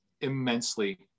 immensely